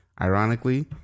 Ironically